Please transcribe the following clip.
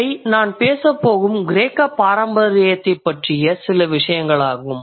இவை நான் பேசப்போகும் கிரேக்க பாரம்பரியத்தைப் பற்றிய சில விசயங்களாகும்